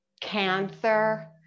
cancer